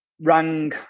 Rang